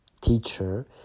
teacher